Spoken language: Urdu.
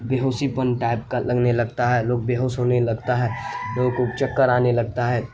بیہوشی پن ٹائپ کا لگنے لگتا ہے لوگ بیہوش ہونے لگتا ہے لوگوں کو چکر آنے لگتا ہے